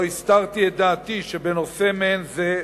לא הסתרתי את דעתי שבנושא מעין זה,